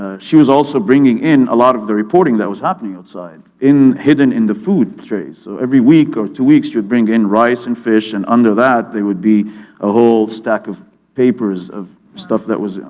ah she was also bringing in a lot of the reporting that was happening outside hidden in the food trays. so every week or two weeks, she would bring in rice and fish and under that, there would be a whole stack of papers of stuff that was.